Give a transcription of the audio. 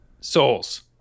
Souls